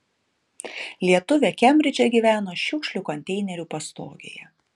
lietuvė kembridže gyveno šiukšlių konteinerių pastogėje